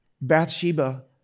Bathsheba